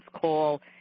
call